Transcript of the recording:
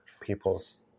people's